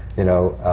you know,